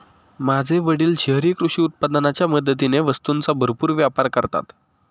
माझे वडील शहरी कृषी उत्पादनाच्या मदतीने वस्तूंचा भरपूर व्यापार करतात